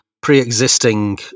pre-existing